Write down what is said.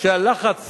שהלחץ